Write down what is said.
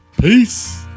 Peace